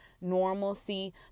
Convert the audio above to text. normalcy